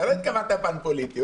אתה לא התכוונת פן פוליטי,